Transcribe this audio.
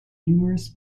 numerous